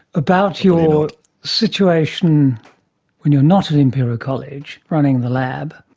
about your situation when you are not in imperial college running the lab,